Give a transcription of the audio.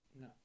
No